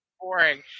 boring